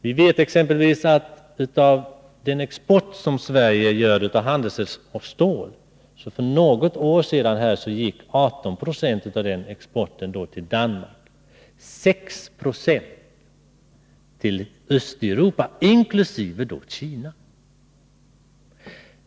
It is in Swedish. Vi vet exempelvis att 18 20 av Sveriges export av handelsstål för något år sedan gick till Danmark medan 6 96 gick till Östeuropa, inkl. Kina.